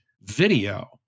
video